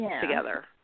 Together